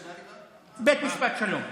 בית משפט שלום.